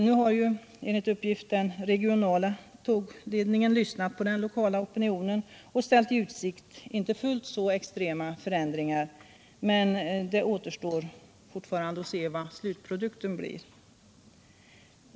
Nu har enligt uppgift den regionala tågledningen lyssnat på den lokala opinionen och ställt i utsikt inte fullt så extrema förändringar, men det återstår fortfarande att se vad slutprodukten blir.